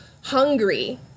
hungry